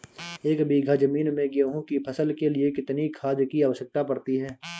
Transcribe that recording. एक बीघा ज़मीन में गेहूँ की फसल के लिए कितनी खाद की आवश्यकता पड़ती है?